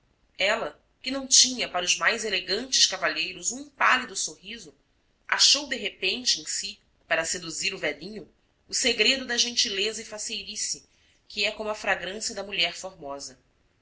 ela que não tinha para os mais elegantes cavalheiros um pálido sorriso achou de repente em si para seduzir o velhinho o segredo da gentileza e faceirice que é como a fragrância da mulher formosa